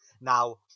Now